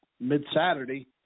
Mid-Saturday